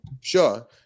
Sure